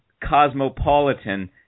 Cosmopolitan